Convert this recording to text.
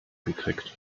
gekriegt